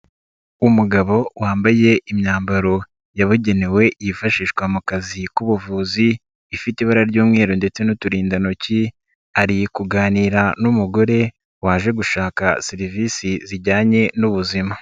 umugabo wambaye imyambaro yabugenewe yifashishwa mu kazi k'ubuvuzi, ifite ibara ry'umweru ndetse n'uturindantoki, ari kuganira n'umugore waje gushaka serivisi zijyanye n'ubuzima.